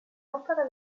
opera